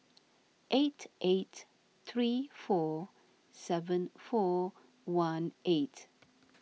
eight eight three four seven four one eight